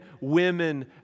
women